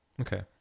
Okay